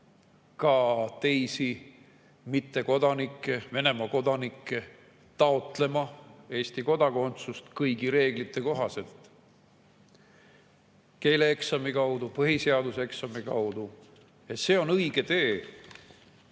edukalt mittekodanikke, ka Venemaa kodanikke taotlema Eesti kodakondsust kõigi reeglite kohaselt: keeleeksami kaudu, põhiseaduse eksami kaudu. See on õige tee